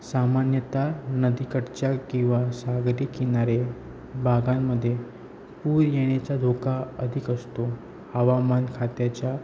सामान्यतः नदीकडच्या किंवा सागरी किनारे भागांमध्ये पूर येण्याचा धोका अधिक असतो हवामान खात्याच्या